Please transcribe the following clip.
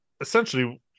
essentially